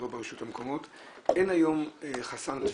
לא ברשויות המקומיות, אין היום חסם תפיסתי?